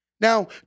Now